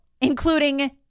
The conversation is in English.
including